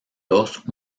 dos